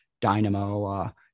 dynamo